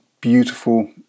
beautiful